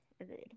agreed